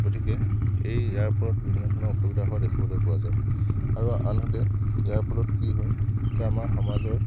গতিকে এই ইয়াৰ ফলত বিভিন্ন ধৰণৰ অসুবিধা হোৱা দেখিবলৈ পোৱা যায় আৰু আনহাতে ইয়াৰ ফলত কি হয় যে আমাৰ সমাজৰ